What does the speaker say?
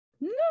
no